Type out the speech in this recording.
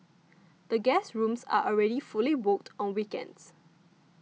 the guest rooms are already fully booked on weekends